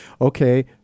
okay